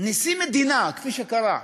נשיא מדינה, כפי שקרה,